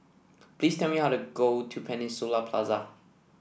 please tell me how to go to Peninsula Plaza